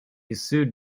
sued